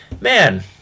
man